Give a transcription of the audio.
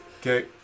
Okay